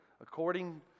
according